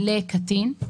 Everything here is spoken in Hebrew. לקטין,